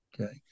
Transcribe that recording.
Okay